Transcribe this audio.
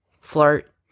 flirt